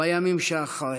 בימים שאחרי,